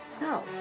no